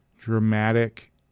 dramatic